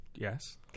Yes